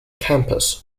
campus